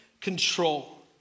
control